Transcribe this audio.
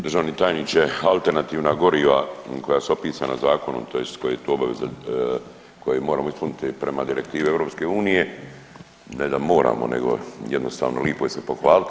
Državni tajniče, alternativna goriva koja su opisana zakonom, tj. koji je to obaveza koje moramo ispuniti prema direktivi EU, ne da moramo nego jednostavno lipo je se pohvaliti.